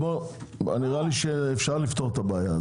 נראה לי שאפשר לפתור את הבעיה,